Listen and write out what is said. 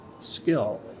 skill